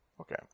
Okay